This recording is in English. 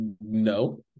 no